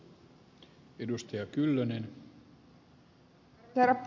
arvoisa herra puhemies